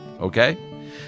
Okay